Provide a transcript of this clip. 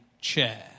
chair